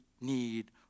need